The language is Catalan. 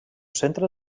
centre